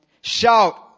Shout